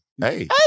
Hey